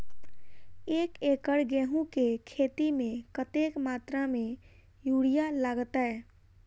एक एकड़ गेंहूँ केँ खेती मे कतेक मात्रा मे यूरिया लागतै?